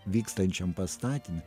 vykstančiam pastatyme